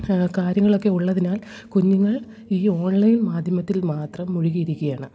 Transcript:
കാര്യങ്ങളൊക്കെ ഉള്ളതിനാൽ കുഞ്ഞുങ്ങൾ ഈ ഓൺലൈൻ മാധ്യമത്തിൽ മാത്രം മുഴുകിയിരിക്കുകയാണ്